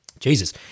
Jesus